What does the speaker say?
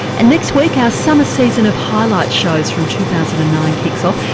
and next week our summer season of highlight shows from two thousand and nine kicks off,